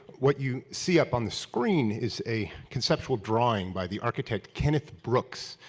what you see up on the screen is a conceptual drawing by the architect kenneth brooks.